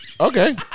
Okay